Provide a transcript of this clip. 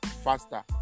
faster